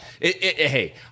hey